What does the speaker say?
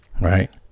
right